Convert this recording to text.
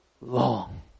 long